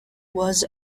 was